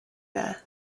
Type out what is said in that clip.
there